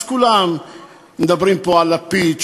אז כולם מדברים פה על לפיד,